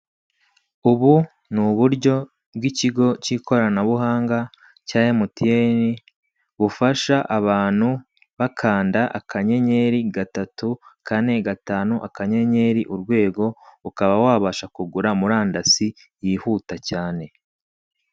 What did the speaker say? Ubu ni uburyo bw'ikigo k'ikoranabuhanga cya emutiyeni bufasha abantu bakanda akanyenyeri gatatu kane gatanu akanyenyeri urwego ukaba wabasha kugura murandasi yihuta cyane.